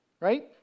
Right